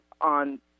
on